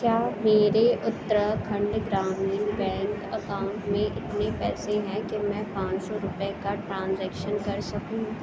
کیا میرے Uttarakhand Gramin bank account میں اتنے پیسے ہیں کہ میں پانچ سو روپے کا ٹرانزیکشن کر سکوں